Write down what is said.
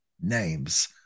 names